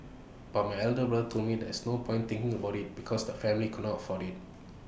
but my elder brother told me there was no point thinking about IT because the family could not afford IT